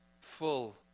full